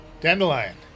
Dandelion